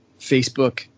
Facebook